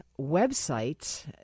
website